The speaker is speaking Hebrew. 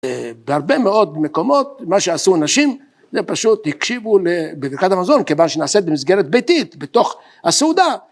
בהרבה מאוד מקומות מה שעשו נשים זה פשוט הקשיבו לברכת המזון כיוון שנעשית במסגרת ביתית בתוך הסעודה